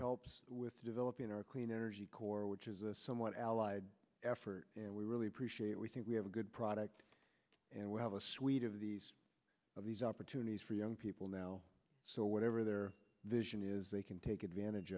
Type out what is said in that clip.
help with developing our clean energy corps which is a somewhat allied effort and we really appreciate we think we have a good product and we have a suite of these of these opportunities for young people now so whatever their vision is they can take advantage